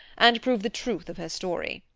and prove the truth of her story.